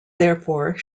therefore